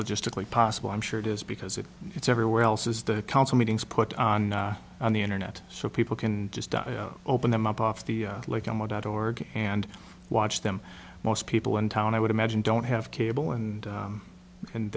logistically possible i'm sure it is because if it's everywhere else is the council meetings put on the internet so people can just open them up off the like on what dot org and watch them most people in town i would imagine don't have cable and